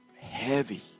heavy